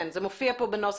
כן, זה מופיע פה בנוסח.